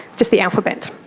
just the alphabet.